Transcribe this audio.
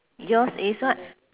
yours is what